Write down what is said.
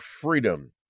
freedom